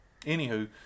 anywho